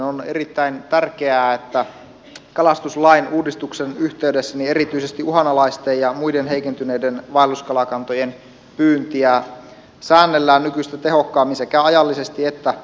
on erittäin tärkeää että kalastuslain uudistuksen yhteydessä erityisesti uhanalaisten ja muiden heikentyneiden vaelluskalakantojen pyyntiä säännellään nykyistä tehokkaammin sekä ajallisesti että alueellisesti